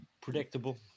predictable